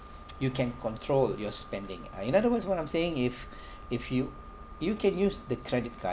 you can control your spending uh in other words what I'm saying if if you you can use the credit card